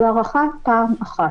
זו הארכה פעם אחת.